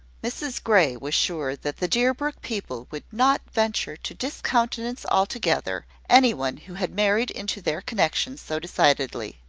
mrs grey was sure that the deerbrook people would not venture to discountenance altogether any one who had married into their connection so decidedly.